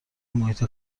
محیط